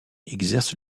exerce